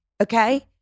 okay